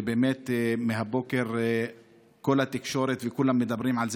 ובאמת מהבוקר כל התקשורת וכולם מדברים על זה.